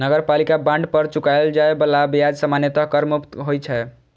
नगरपालिका बांड पर चुकाएल जाए बला ब्याज सामान्यतः कर मुक्त होइ छै